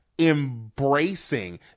embracing